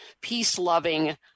peace-loving